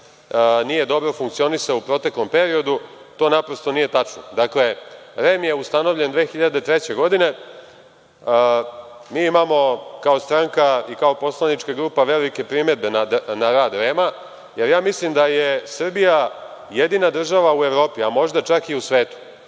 nije dobro funkcionisao u proteklom periodu. To naprosto nije tačno. Dakle, REM je ustanovljen 2003. godine. Mi imamo kao stranka, kao poslanička grupa, velike primedbe na rad REM-a, jer ja mislim da je Srbija jedina država u Evropi, a možda čak i u svetu